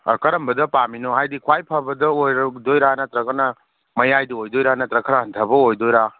ꯀꯔꯝꯕꯗ ꯄꯥꯝꯃꯤꯅꯣ ꯍꯥꯏꯗꯤ ꯈ꯭ꯋꯥꯏ ꯐꯕꯗ ꯑꯣꯏꯔꯝꯗꯣꯏꯔꯥ ꯅꯠꯇ꯭ꯔꯒꯅ ꯃꯌꯥꯏꯗ ꯑꯣꯏꯗꯣꯏꯔꯥ ꯅꯠꯇ꯭ꯔꯒ ꯈꯔ ꯍꯟꯊꯕ ꯑꯣꯏꯗꯣꯏꯔꯥ